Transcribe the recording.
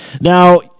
Now